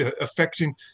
affecting